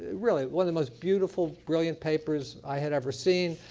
really one of the most beautiful, brilliant papers i had ever seen.